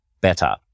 better